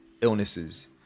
illnesses